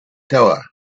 tower